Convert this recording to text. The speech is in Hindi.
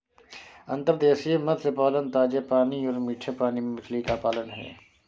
अंतर्देशीय मत्स्य पालन ताजे पानी और मीठे पानी में मछली का पालन है